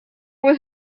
was